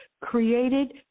created